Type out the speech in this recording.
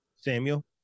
Samuel